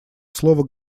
слово